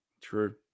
true